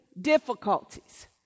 difficulties